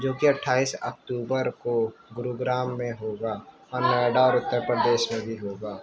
جو کہ اٹھائیس اکتوبر کو گروگرام میں ہوگا اور نوئیڈا اور اتر پدیش میں بھی ہوگا